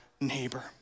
neighbor